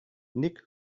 nick